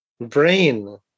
brain